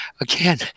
again